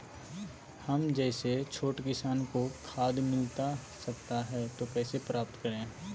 हम जैसे छोटे किसान को खाद मिलता सकता है तो कैसे प्राप्त करें?